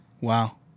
Wow